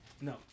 No